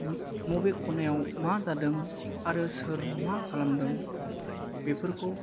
बबे खनायाव मा जादों आरो सोर मा खालामदों बेफोरखौ